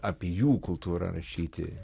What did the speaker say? apie jų kultūrą rašyti